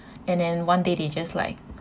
and then one day they just like